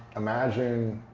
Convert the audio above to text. imagine